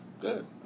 good